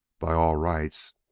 by all rights,